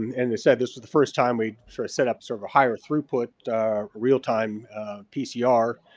and they said this was the first time we sort of set up sort of a higher throughput real time pcr.